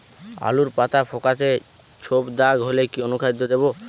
আলুর পাতা ফেকাসে ছোপদাগ হলে কি অনুখাদ্য দেবো?